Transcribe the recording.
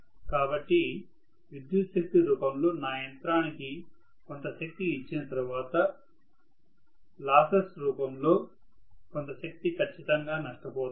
కాబట్టి విద్యుత్ శక్తి రూపంలో నా యంత్రానికి కొంత శక్తిని ఇచ్చిన తర్వాత లాసెస్రూపంలో కొంత శక్తి ఖచ్చితంగా నష్టపోతాము